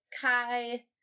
Kai